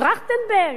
טרכטנברג,